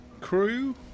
crew